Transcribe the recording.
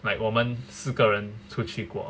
like 我们四个人出去过